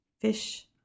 Fish